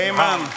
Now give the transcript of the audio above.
Amen